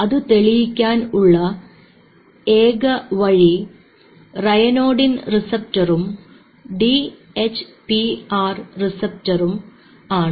അതു തെളിയിക്കാൻ ഉള്ള ഏക വഴി റയാനോഡിൻ റിസപ്റ്ററും ഡി എച്ച്പിആർ റിസപ്റ്ററും ആണ്